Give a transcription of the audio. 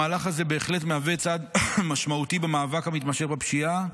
המהלך הזה בהחלט מהווה צעד משמעותי במאבק המתמשך בפשיעה,